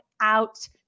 out